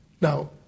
Now